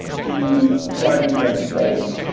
the driving principles.